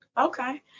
Okay